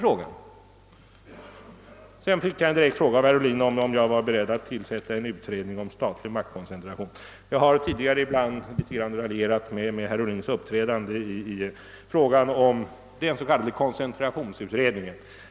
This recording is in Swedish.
Herr Ohlin ställde vidare den direkta frågan till mig, om jag var beredd att tillsätta en utredning om statlig maktkoncentration. Jag har tidigare ibland litet grand raljerat med herr Ohlins uppträdande när det gäller den s.k. koncentrationsutredningen.